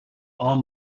all